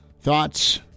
Thoughts